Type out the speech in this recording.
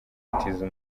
umutiza